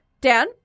dan